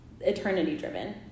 eternity-driven